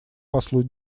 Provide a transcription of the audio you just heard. послу